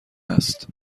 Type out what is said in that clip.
هست